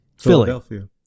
Philadelphia